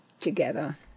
together